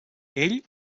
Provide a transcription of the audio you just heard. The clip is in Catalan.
ell